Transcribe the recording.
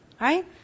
Right